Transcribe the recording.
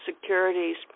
Securities